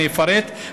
אני אפרט,